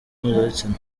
mpuzabitsina